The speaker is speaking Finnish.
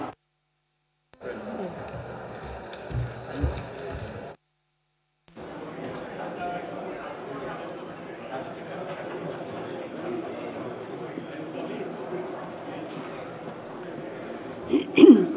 tuen valiokunnan kantaa